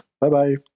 Bye-bye